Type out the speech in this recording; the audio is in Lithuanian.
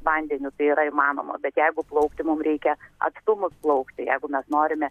vandeniu tai yra įmanoma bet jeigu plaukti mum reikia atstumus plaukti jeigu mes norime